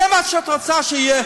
זה מה שאת רוצה שיהיה?